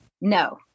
No